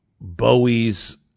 Bowie's